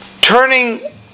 turning